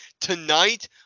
Tonight